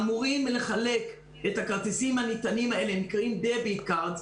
אמורים לחלק את הכרטיסים הנטענים האלה שנקראים "דביט כארט",